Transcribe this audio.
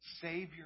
Savior